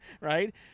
right